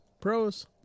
pros